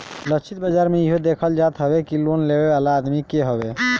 लक्षित बाजार में इहो देखल जात हवे कि लोन लेवे वाला आदमी के हवे